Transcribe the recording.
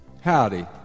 howdy